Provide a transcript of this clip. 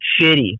shitty